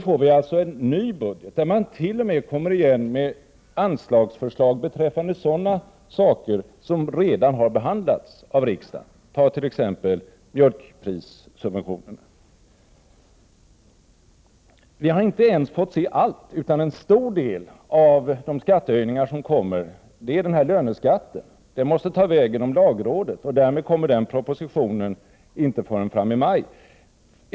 Nu får vi således en ny budget där man t.o.m. återkommer med anslagsförslag beträffande sådana saker som redan har behandlats i riksdagen, t.ex. mjölkprissubventionerna. Vi har inte ens fått se allt. En stor del av de skattehöjningar som kommer härrör från löneskatten. Det förslaget måste ta vägen över lagrådet. Därmed kommer den propositionen inte förrän fram i maj.